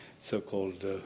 so-called